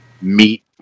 meet